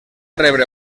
rebre